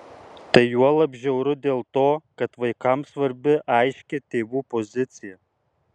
tai juolab žiauru dėl to kad vaikams svarbi aiški tėvų pozicija